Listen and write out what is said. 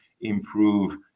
improve